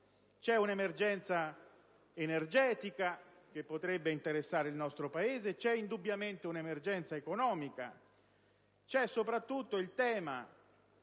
C'è un'emergenza energetica, che potrebbe interessare il nostro Paese. C'è indubbiamente un'emergenza economica. C'è soprattutto il tema